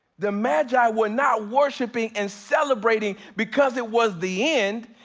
the magi we're not worshiping and celebrating because it was the end,